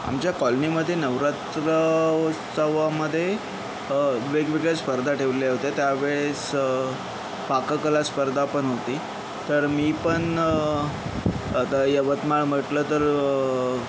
आमच्या कॉलनीमध्ये नवरात्र उत्सवामध्ये वेगवेगळ्या स्पर्धा ठेवल्या होत्या त्यावेळेस पाककला स्पर्धा पण होती तर मी पण आता यवतमाळ म्हटलं तर